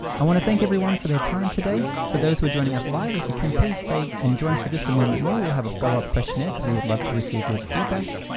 i wanna thank everyone for their time today. for those who are joining us live, if you can please stay and join for just a moment more, we'll have a follow-up questionnaire cause we would like to receive your feedback.